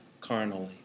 carnally